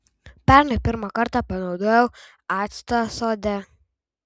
pernai pirmą kartą panaudojau actą sode